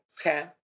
Okay